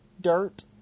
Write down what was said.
dirt